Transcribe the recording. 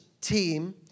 team